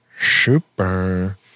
Super